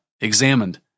examined